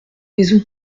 maison